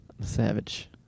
Savage